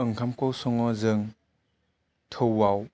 ओंखामखौ सङो जों थौआव